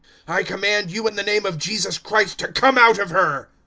i command you in the name of jesus christ to come out of her.